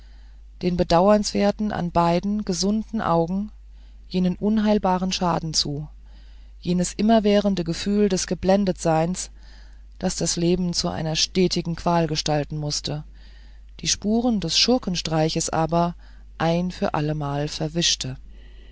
den bedauernswerten an beiden gesunden augen jenen unheilbaren schaden zu jenes immerwährende gefühl des geblendetseins das das leben zu stetiger qual gestalten mußte die spuren des schurkenstreiches aber ein für allemal verwischte